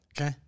Okay